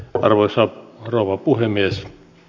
arvoisa rouva puhemies